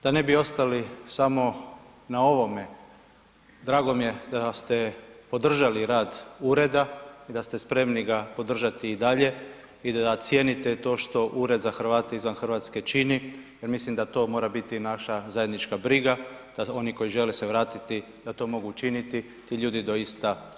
Da ne bi ostali samo na ovome, drago mi je da ste podržali rad ureda i da ste spremni ga podržati i dalje i da cijenite to što Ured za Hrvate izvan Hrvatske čini jer mislim da to mora biti naša zajednička briga da oni koji se žele vratiti da to mogu učiniti ti ljudi doista vole Hrvatsku.